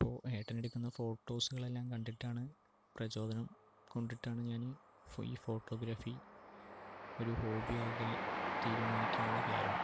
അപ്പോൾ ഏട്ടനെടുക്കുന്ന ഫോട്ടോസുകളെല്ലാം കണ്ടിട്ടാണ് പ്രചോദനം കൊണ്ടിട്ടാണ് ഞാൻ ഈ ഫോ ഫോട്ടോഗ്രാഫി ഒരു ഹോബിയാക്കി തീരുമാനിക്കാനുള്ള കാരണം